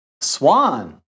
Swan